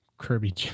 Kirby